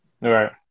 Right